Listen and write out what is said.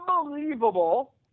unbelievable